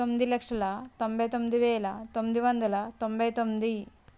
తొమ్మిది లక్షల తొంభై తొమ్మిది వేల తొమ్మిదివందల తొంభై తొమ్మిది